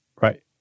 Right